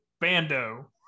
Bando